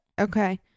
Okay